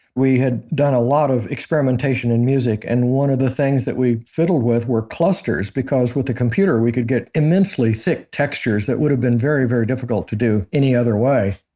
we had done a lot of experimentation in music and one of the things that we fiddled with were clusters, because with a computer we could get immensely thick textures that would have been very, very difficult to do any other way.